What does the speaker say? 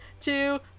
Two